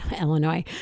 illinois